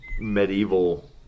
medieval